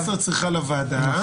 14 צריך לוועדה.